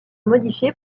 modifiée